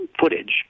footage